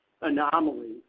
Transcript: anomaly